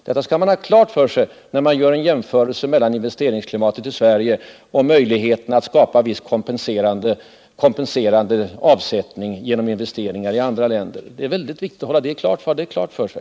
Detta skall man ha klart för sig när man gör en jämförelse mellan investeringsklimatet i Sverige och möjligheterna att skapa kompenserande avsättning genom investeringar i andra länder. Det är mycket viktigt att ha detta klart för sig!